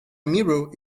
mirror